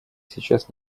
сейчас